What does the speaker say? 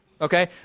okay